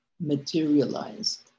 materialized